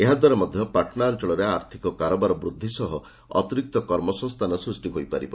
ଏହାଦ୍ୱାରା ମଧ୍ୟ ପାଟନା ଅଞ୍ଚଳରେ ଆର୍ଥିକ କାରବାର ବୃଦ୍ଧି ସହ ଅତିରିକ୍ତ କର୍ମ ସଂସ୍ଥାନ ସ୍ବଷ୍ଟି ହୋଇପାରିବ